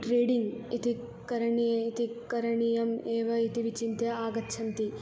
trading इति करणीये इति करणीयम् एव इति विचिन्त्य आगच्छन्ति